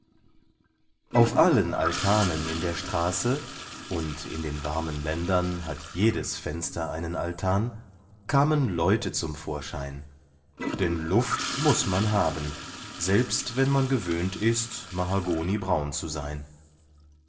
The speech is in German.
auf allen altanen in der straße und in den warmen ländern hat jedes fenster einen altan kamen leute zum vorschein denn luft muß man haben selbst wenn man gewöhnt ist mahagonibraun zu sein